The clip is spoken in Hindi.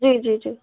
जी जी जी